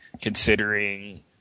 considering